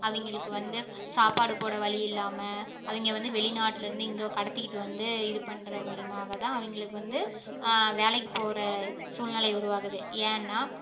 அவங்களுக்கு வந்து சாப்பாடு போட வழி இல்லாமல் அவங்க வந்து வெளிநாட்டிலருந்து இங்கே கடத்திகிட்டு வந்து இது பண்ணுற மூலயமாகதான் அவங்களுக்கு வந்து வேலைக்கு போகிற சூழ்நிலை உருவாகுது ஏன்னால்